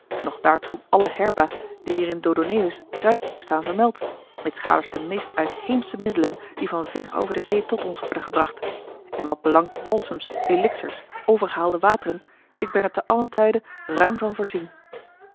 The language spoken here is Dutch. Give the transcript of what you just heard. nog daartoe alle herba die er in dodoneus kruidboek staan vermeld mitsgaders de meeste uitheemsche middelen die van ver over de zee tot ons worden gebracht en wat belangt balsems elixirs overgehaalde wateren ik ben er te allen tijde ruim van voorzien